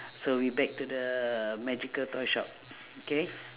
so we back to the magical toy shop k